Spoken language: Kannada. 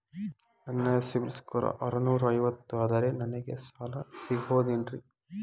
ನನ್ನ ಸಿಬಿಲ್ ಸ್ಕೋರ್ ಆರನೂರ ಐವತ್ತು ಅದರೇ ನನಗೆ ಸಾಲ ಸಿಗಬಹುದೇನ್ರಿ?